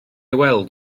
weld